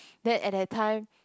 then at that time